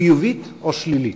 חיובית או שלילית?